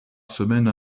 semaine